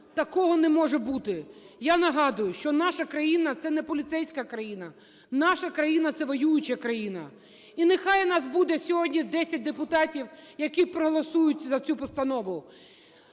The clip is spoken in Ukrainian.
Такого не може бути! Я нагадую, що наша країна – це не поліцейська країна. Наша країна – це воююча країна. І нехай нас будесьогодні 10 депутатів, які проголосують за цю постанову,